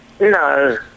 No